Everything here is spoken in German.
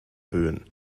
böen